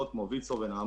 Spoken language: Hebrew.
מעונות